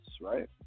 right